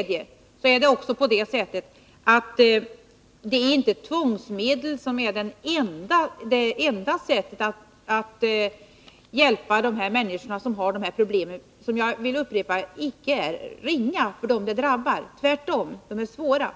Dessutom är det inte bara med tvångsmedel som vi kan hjälpa de människor som har dessa problem — och jag vill upprepa att problemen för dem som drabbas icke är obetydliga, utan tvärtom svåra.